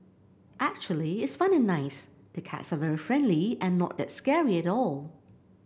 actually it's fun and nice the cats are very friendly and not that scary at all